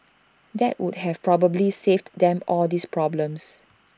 that would have probably saved them all these problems